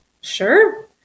sure